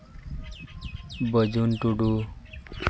ᱵᱟᱹᱡᱩᱱ ᱴᱩᱰᱩ